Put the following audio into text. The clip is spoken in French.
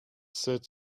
sept